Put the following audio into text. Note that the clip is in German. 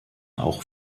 auch